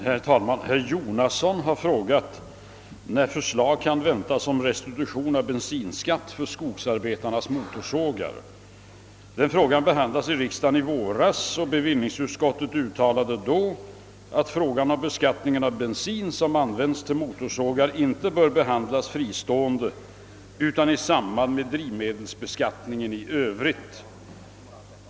Herr talman! Herr Jonasson har frågat mig när förslag kan väntas om restitution av bensinskatt för skogsarbetarnas motorsågar. Frågan behandlades i riksdagen i våras. Bevillningsutskottet uttalade då bl.a. , att frågan om beskattningen av bensin som används för motorsågar inte bör behandlas fristående utan i samband med drivmedelsbeskattningen i övrigt.